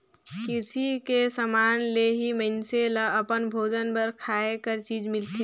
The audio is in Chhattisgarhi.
किरसी के समान ले ही मइनसे ल अपन भोजन बर खाए कर चीज मिलथे